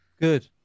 Good